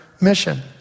mission